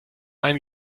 einen